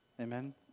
Amen